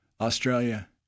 Australia